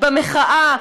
במחאה.